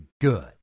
good